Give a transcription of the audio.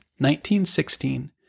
1916